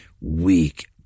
weak